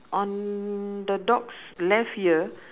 on the dog's left ear